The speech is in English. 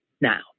now